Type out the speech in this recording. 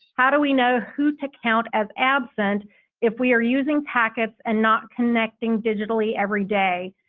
how do we know who to count as absent if we are using packets and not connecting digitally every day?